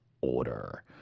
order